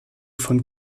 von